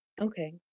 Okay